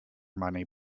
money